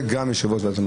וגם יושב-ראש ועדת המכרזים.